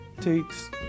takes